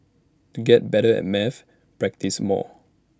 to get better at maths practise more